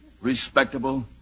respectable